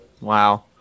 Wow